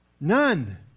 None